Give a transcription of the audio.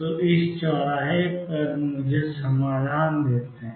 तो चौराहे मुझे समाधान देते हैं